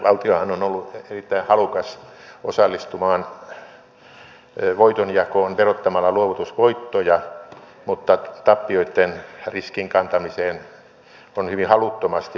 valtiohan on ollut erittäin halukas osallistumaan voitonjakoon verottamalla luovutusvoittoja mutta tappioitten riskin kantamiseen on hyvin haluttomasti osallistuttu